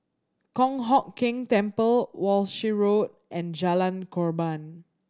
Kong Hock Keng Temple Walshe Road and Jalan Korban